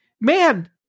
man